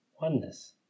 oneness